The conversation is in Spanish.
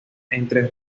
entre